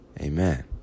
Amen